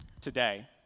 today